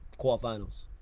quarterfinals